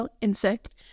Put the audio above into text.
insect